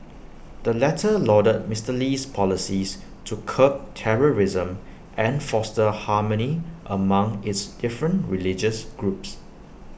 the latter lauded Mister Lee's policies to curb terrorism and foster harmony among its different religious groups